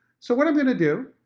so what i'm going to do,